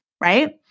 Right